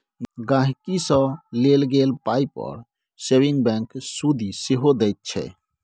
गांहिकी सँ लेल गेल पाइ पर सेबिंग बैंक सुदि सेहो दैत छै